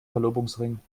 verlobungsring